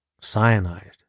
cyanide